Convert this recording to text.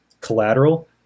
Collateral